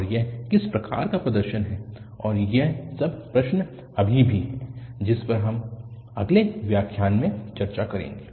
और यह किस प्रकार का प्रदर्शन है और वह सब प्रश्न अभी भी है जिस पर हम अगले व्याख्यानों में चर्चा करेंगे